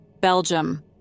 Belgium